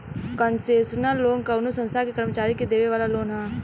concessional loan कवनो संस्था के कर्मचारी के देवे वाला लोन ह